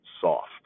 soft